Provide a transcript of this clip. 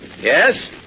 Yes